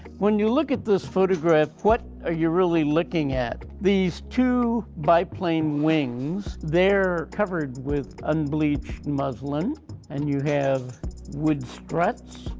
when you look at this photograph, what are ah you really looking at? these two biplane wings, they're covered with unbleached muslin and you have wood struts.